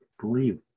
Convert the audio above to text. believe